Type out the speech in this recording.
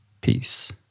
peace